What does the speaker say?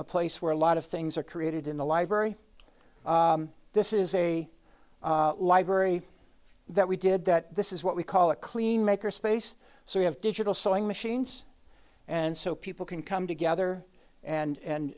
a place where a lot of things are created in the library this is a library that we did that this is what we call a clean maker space so we have digital sewing machines and so people can come together and